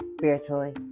spiritually